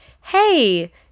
hey